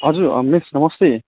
हजुर मिस नमस्ते